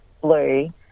Blue